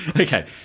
Okay